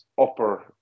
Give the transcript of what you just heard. upper